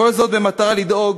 כל זאת במטרה לדאוג